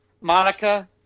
Monica